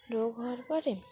রোগ হওয়ার পরে